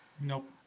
Nope